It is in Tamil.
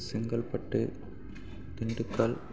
செங்கல்பட்டு திண்டுக்கல்